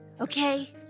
okay